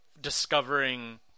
discovering